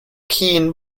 keen